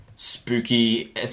spooky